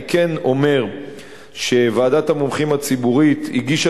אני כן אומר שוועדת המומחים הציבורית הגישה